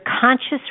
conscious